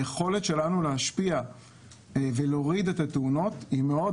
היכולת שלנו להשפיע ולהוריד את התאונות היא מאוד